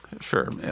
Sure